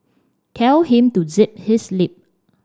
tell him to zip his lip